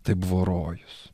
tai buvo rojus